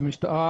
שהמשטרה